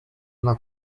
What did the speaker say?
una